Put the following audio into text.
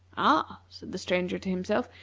ah, said the stranger to himself,